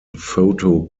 photo